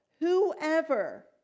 Whoever